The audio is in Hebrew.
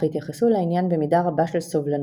אך התייחסו לעניין במידה רבה של סובלנות.